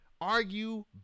argue